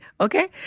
okay